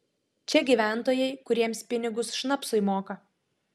čia gyventojai kuriems pinigus šnapsui moka